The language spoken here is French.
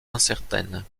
incertaine